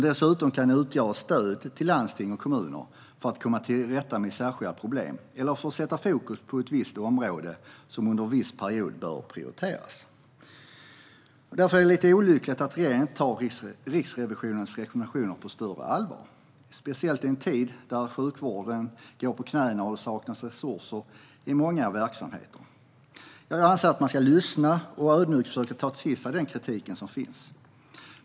Dessutom kan de utgöra ett stöd till landsting och kommuner för att komma till rätta med särskilda problem eller för att sätta fokus på ett visst område som under en viss period bör prioriteras. Därför är det lite olyckligt att regeringen inte tar Riksrevisionens rekommendationer på större allvar, speciellt i en tid när sjukvården går på knäna och det saknas resurser inom många verksamheter. Jag anser att man ska lyssna och ödmjukt försöka ta till sig den kritik som finns.